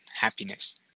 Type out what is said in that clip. happiness